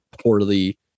poorly